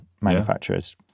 manufacturers